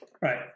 right